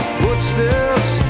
footsteps